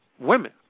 women